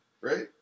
Right